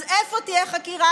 אז איפה תהיה חקירה,